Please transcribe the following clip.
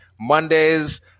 Mondays